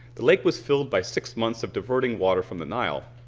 the lake was filled by six months of diverting water from the nile